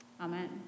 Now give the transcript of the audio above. Amen